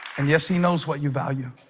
and yes, he knows what you value